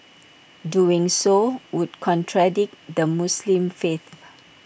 doing so would contradict the Muslim faith